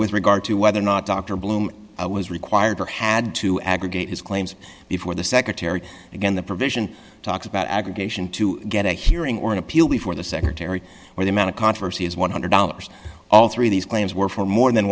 with regard to whether or not dr blum was required for had to aggregate his claims before the secretary again the provision talks about aggregation to get a hearing or an appeal before the secretary where the amount of controversy is one hundred dollars all three of these claims were for more than